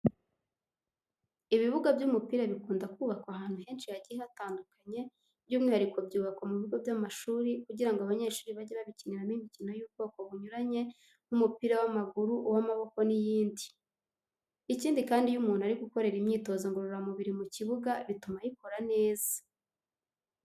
Ibibuga by'umupira bikunda kubakwa ahantu henshi hagiye hatandukanye by'umwihariko byubakwa mu bigo by'amashuri kugira ngo abanyeshuri bajye babikiniramo imikino y'ubwoko bunyuranye nk'umupira w'amaguru, uw'amaboko n'iyindi. Ikindi kandi iyo umuntu ari gukorera imyitozo ngororamubiri mu kibuga bituma ayikora neza.